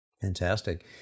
Fantastic